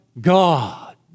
God